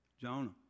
Jonah